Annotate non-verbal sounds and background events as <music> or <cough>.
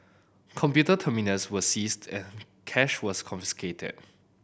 computer terminals were seized <unintelligible> cash was confiscated